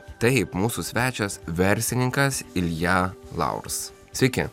taip mūsų svečias verslininkas ilja laurs sveiki